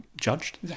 judged